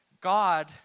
God